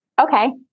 okay